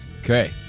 Okay